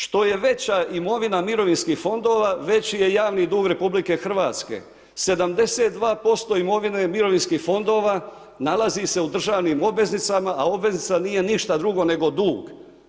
Što je veća imovina mirovinskih fondova već je javni dug RH, 72% imovine mirovinskih fondova nalazi se u državnim obveznicama, a obveznica nije ništa drugo nego dug.